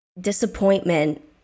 Disappointment